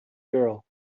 girl